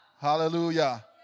Hallelujah